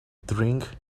drink